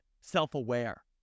self-aware